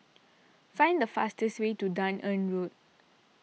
find the fastest way to Dunearn Road